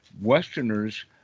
Westerners